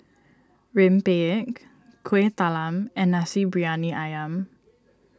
Rempeyek Kueh Talam and Nasi Briyani Ayam